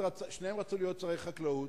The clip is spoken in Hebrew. שניהם רצו להיות שרי חקלאות,